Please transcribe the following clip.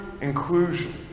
inclusion